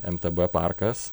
mtb parkas